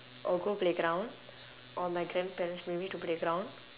or go playground or my grandparents bring me to playground